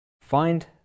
find